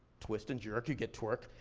twist and jerk, you get twerk.